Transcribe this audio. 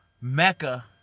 Mecca